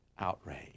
outrage